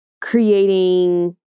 creating